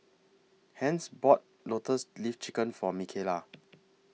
Hence bought Lotus Leaf Chicken For Mikaela